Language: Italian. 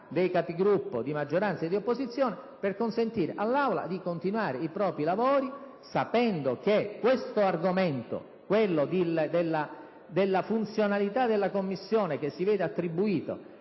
Capigruppo di maggioranza ed opposizione per consentire all'Aula di continuare i propri lavori sapendo che l'argomento della funzionalità della Commissione, che si vede attribuita